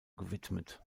gewidmet